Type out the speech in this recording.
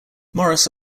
morris